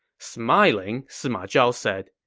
smiling, sima zhao said,